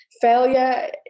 failure